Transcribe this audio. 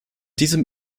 diesem